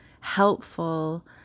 helpful